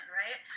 right